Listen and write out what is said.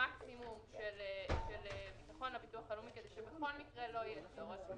מקסימום ביטחון לביטוח הלאומי כדי שבכל מקרה לא יהיה צורך.